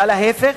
אלא להיפך,